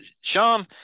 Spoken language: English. Sean